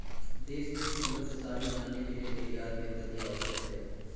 देश को समृद्धशाली बनाने के लिए निर्यात में वृद्धि आवश्यक है